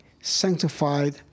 sanctified